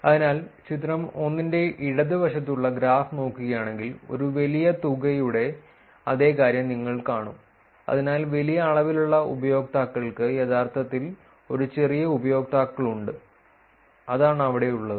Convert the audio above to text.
അതിനാൽ ചിത്രം 1 ന്റെ ഇടതുവശത്തുള്ള ഗ്രാഫ് നോക്കുകയാണെങ്കിൽ ഒരു വലിയ തുകയുടെ അതേ കാര്യം നിങ്ങൾ കാണും അതിനാൽ വലിയ അളവിലുള്ള ഉപയോക്താക്കൾക്ക് യഥാർത്ഥത്തിൽ ഒരു ചെറിയ ഉപയോക്താക്കളുണ്ട് അതാണ് ഇവിടെയുള്ളത്